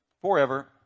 forever